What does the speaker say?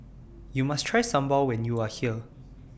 YOU must Try Sambal when YOU Are here